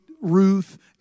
Ruth